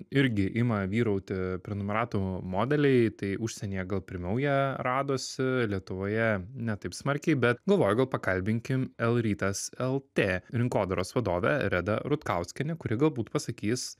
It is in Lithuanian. irgi ima vyrauti prenumeratų modeliai tai užsienyje gal pirmiau jie radosi lietuvoje ne taip smarkiai bet galvoju gal pakalbinkim l rytas lt rinkodaros vadovę redą rutkauskienę kuri galbūt pasakys